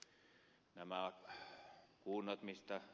nämä kunnat mitkä ed